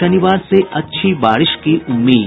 शनिवार से अच्छी बारिश की उम्मीद